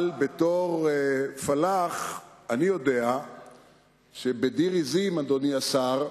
בתור פלאח אני יודע שבדיר עזים, אדוני השר,